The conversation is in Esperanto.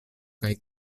kaj